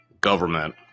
government